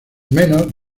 menos